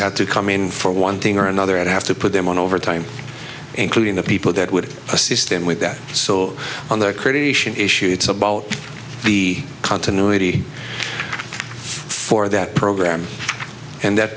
had to come in for one thing or another i'd have to put them on overtime including the people that would assist them with that so on their creation issue it's about the continuity for that program and that